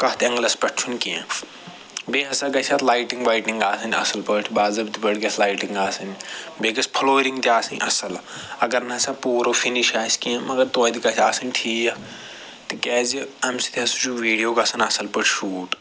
کتھ اٮ۪نٛگلس پٮ۪ٹھ چھُنہٕ کیٚنٛہہ بیٚیہِ ہَسا گَژھِ اتھ لایٹِنٛگ وایٹِنٛگ آسٕنۍ اصٕل پٲٹھۍ باضٲبتہٕ پٲٹھۍ گَژھِ لایٹنٛگ آسٕنۍ بیٚیہِ گٔژھ فُلورنٛگ تہِ آسٕنۍ اصٕل اگر نَسا پورٕ فِنِش آسہِ کیٚنٛہہ مگر تویتہِ گَژھِ آسٕنۍ ٹھیٖک تِکیٛازِ اَمہِ سۭتۍ ہَسا چھُ ویٖڈیو گَژھن اصٕل پٲٹھۍ شوٗٹ